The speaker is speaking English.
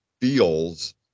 feels